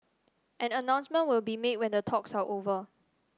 an announcement will be made when the talks are over